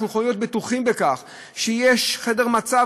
אנחנו יכולים להיות בטוחים בכך שיש חדר מצב,